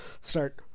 Start